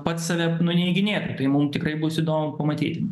pats save nuneiginėtų tai mum tikrai bus įdomu pamatyti